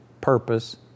purpose